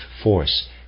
force